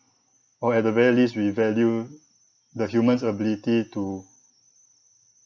or at the very least revalue the human's ability to